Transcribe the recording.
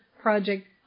Project